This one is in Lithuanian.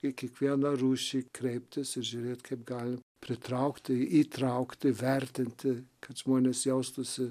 į kiekvieną rūšį kreiptis ir žiūrėt kaip gali pritraukti įtraukti vertinti kad žmonės jaustųsi